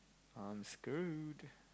I'm screwed